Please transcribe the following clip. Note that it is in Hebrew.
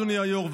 אדוני היו"ר,